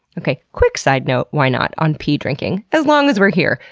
okay, quick side note why not? on pee drinking as long as we're here.